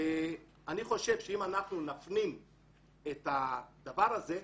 אני חושב שאם אנחנו נפנים את הדבר הזה,